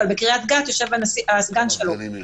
אבל בקרית גת יושב הסגן שלו.